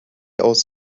aus